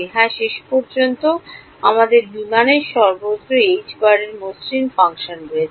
হ্যাঁ শেষ পর্যন্ত আমাদের বিমানে সর্বত্র এর মসৃণ ফাংশন রয়েছে